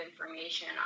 information